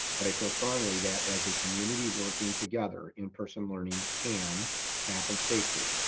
but i feel strongly that as a community working together, in-person learning can happen safely.